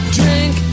drink